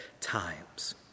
times